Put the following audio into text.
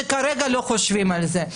שכרגע לא חושבים על זה.